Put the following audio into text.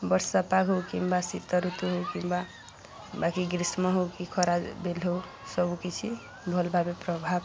ବର୍ଷାପାଗ ହଉ କିମ୍ବା ଶୀତ ଋତୁ ହଉ କିମ୍ବା ବାକି ଗ୍ରୀଷ୍ମ ହଉ କି ଖରା ବିଲ୍ ହଉ ସବୁକିଛି ଭଲ ଭାବେ ପ୍ରଭାବ